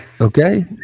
okay